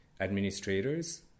administrators